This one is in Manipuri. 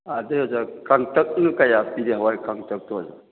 ꯑꯗꯨ ꯑꯣꯖꯥ ꯀꯥꯡꯇꯛꯇꯨ ꯀꯌꯥ ꯄꯤꯒꯦ ꯍꯋꯥꯏ ꯀꯥꯡꯇꯛꯇꯨ ꯑꯣꯖꯥ